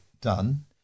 done